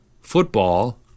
football